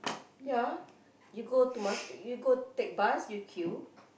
yeah you go to must you go take bus you queue